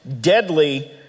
deadly